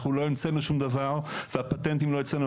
אנחנו לא המצאנו שום דבר והפטנטים לא אצלנו,